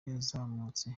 yazamutse